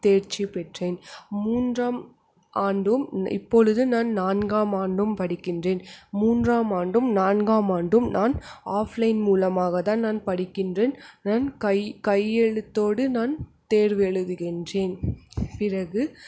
தேர்ச்சி பெற்றேன் மூன்றாம் ஆண்டும் இப்பொழுது நான் நான்காம் ஆண்டும் படிக்கின்றேன் மூன்றாம் ஆண்டும் நான்காம் ஆண்டும் நான் ஆஃப்லைன் மூலமாக தான் நான் படிக்கின்றேன் நான் கையெழுத்தோடு நான் தேர்வு எழுதுகின்றேன் பிறகு